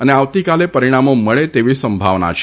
અને આવતીકાલે પરિણામો મળે તેવી સંભાવના છે